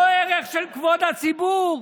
לא ערך של כבוד הציבור,